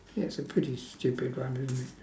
it's a pretty stupid one isn't it